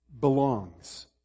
belongs